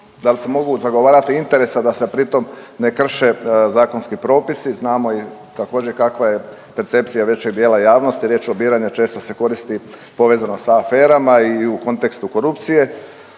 da li se mogu zagovarati interesi, a da se pri tom ne krše zakonski propisi. Znamo i također kakva je percepcija većeg dijela javnosti, riječ lobiranje često se koristi povezano sa aferama i u kontekstu korupcije